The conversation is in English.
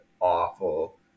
awful